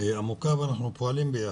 עמוקה ואנחנו פועלים ביחד.